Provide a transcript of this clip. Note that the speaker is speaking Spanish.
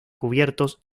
cubiertos